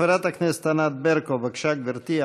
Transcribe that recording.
חברת הכנסת ענת ברקו, בבקשה, גברתי.